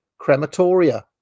crematoria